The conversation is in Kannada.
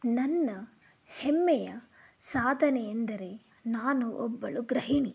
ನನ್ನ ಹೆಮ್ಮೆಯ ಸಾಧನೆ ಎಂದರೆ ನಾನು ಒಬ್ಬಳು ಗೃಹಿಣಿ